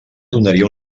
donaria